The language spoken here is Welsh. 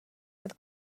oedd